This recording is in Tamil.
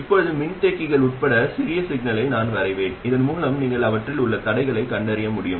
இப்போது மின்தேக்கிகள் உட்பட சிறிய சிக்னலை நான் வரைவேன் இதன் மூலம் நீங்கள் அவற்றில் உள்ள தடைகளைக் கண்டறிய முடியும்